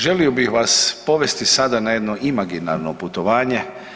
Želio bih vas povesti sada na jedno imaginarno putovanje.